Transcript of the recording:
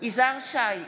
יזהר שי,